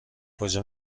کجا